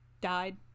died